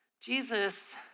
Jesus